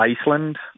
Iceland